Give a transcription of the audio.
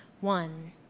one